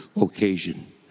occasion